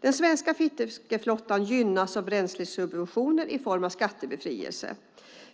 Den svenska fiskeflottan gynnas av bränslesubventioner i form av skattebefrielser.